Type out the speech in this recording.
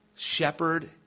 shepherd